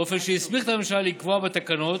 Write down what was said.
באופן שהסמיך את הממשלה לקבוע בתקנות